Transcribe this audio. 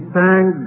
thank